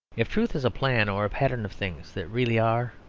if truth is a plan or pattern of things that really are,